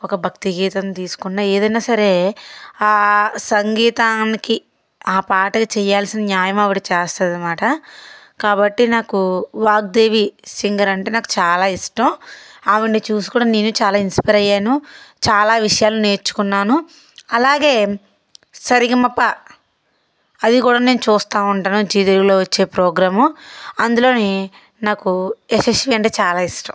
ఒక భక్తి గీతం తీసుకున్న ఏదన్నా సరే ఆ సంగీతానికి ఆ పాట చేయాల్సిన న్యాయం ఆవిడ చేస్తుంది అన్నమాట కాబట్టి నాకు వాగ్దేవి సింగర్ అంటే నాకు చాలా ఇష్టం ఆవిడని చూసి కూడా నేను చాలా ఇన్స్పైర్ అయ్యాను చాలా విషయాలు నేర్చుకున్నాను అలాగే సరిగమప అది కూడా నేను చూస్తా ఉంటాను జీ తెలుగులో వచ్చే ప్రోగ్రాము అందులోని నాకు యశస్వి అంటే నాకు చాలా ఇష్టం